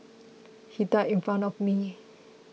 he died in front of me